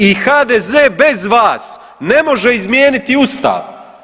I HDZ bez vas ne može izmijeniti Ustav.